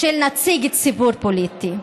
של נציג ציבור פוליטי.